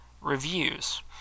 reviews